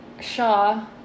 Shaw